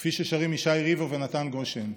כפי ששרים ישי ריבו ונתן גושן.